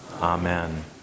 amen